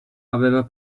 aveva